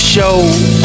Show